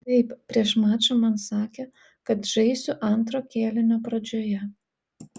taip prieš mačą man sakė kad žaisiu antro kėlinio pradžioje